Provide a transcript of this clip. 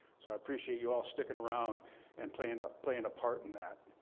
so i appreciate you all sticking around and playing ah playing a part in that.